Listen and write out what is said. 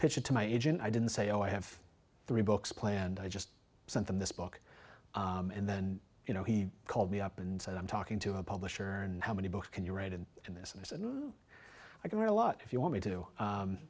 pitched it to my agent i didn't say oh i have three books planned i just sent them this book and then you know he called me up and said i'm talking to a publisher and how many books can you write in to this and i said i got a lot if you want me to